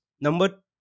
number